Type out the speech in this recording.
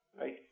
Right